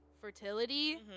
fertility